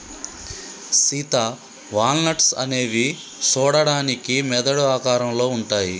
Sita walnuts అనేవి సూడడానికి మెదడు ఆకారంలో ఉంటాయి